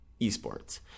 esports